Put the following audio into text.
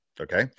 Okay